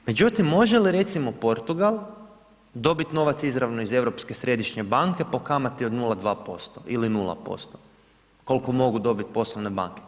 Međutim, može li recimo Portugal dobiti novac izravno iz Europske središnje banke po kamati od 0,2% ili 0% koliko mogu dobiti poslovne banke?